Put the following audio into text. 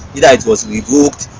either it was revoked,